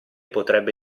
potrebbe